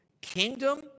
kingdom